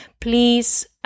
please